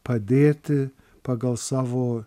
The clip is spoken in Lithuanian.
padėti pagal savo